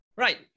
Right